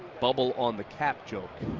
bubble on the cap joke.